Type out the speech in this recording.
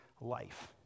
life